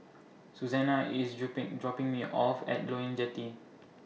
Susanna IS dripping dropping Me off At Loyang Jetty